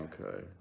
Okay